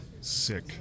sick